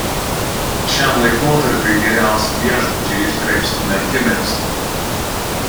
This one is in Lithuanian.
šiam laikotarpiui geriausi viešbučiai išgraibstomi akimirksniu